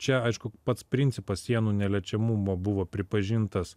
čia aišku pats principas sienų neliečiamumo buvo pripažintas